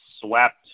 swept